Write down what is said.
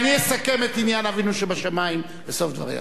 אני אסכם את עניין אבינו שבשמים בסוף דבריה.